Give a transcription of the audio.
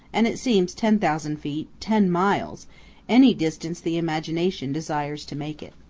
and it seems ten thousand feet, ten miles any distance the imagination desires to make it.